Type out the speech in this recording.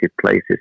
places